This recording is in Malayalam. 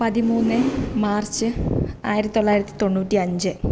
പതിമൂന്ന് മാര്ച്ച് ആയിരത്തി തൊള്ളായിരത്തി തൊണ്ണൂറ്റി അഞ്ച്